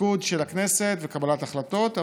תפקוד של הכנסת וקבלת החלטות.